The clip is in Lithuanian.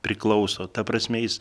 priklauso ta prasme jis